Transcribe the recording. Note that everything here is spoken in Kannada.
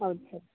ಹೌದು ಸರ್